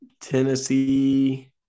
Tennessee